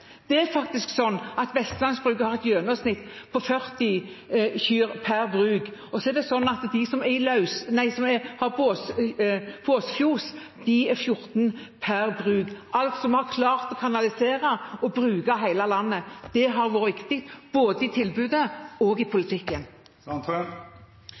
Vestlandsbruket har et gjennomsnitt på 40 kyr per bruk, og de som har båsfjøs, har 14 kyr per bruk. Vi har altså klart å kanalisere og bruke hele landet. Det har vært viktig, både i tilbudet og i